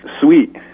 sweet